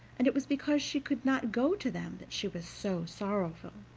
and it was because she could not go to them that she was so sorrowful.